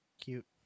cute